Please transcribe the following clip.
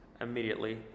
Immediately